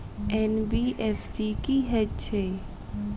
NBFC की हएत छै?